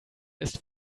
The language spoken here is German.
ist